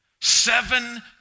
seven